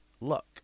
luck